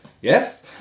yes